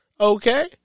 okay